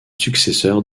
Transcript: successeur